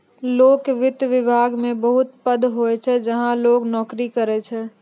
लोक वित्त विभाग मे बहुत पद होय छै जहां लोग नोकरी करै छै